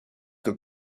que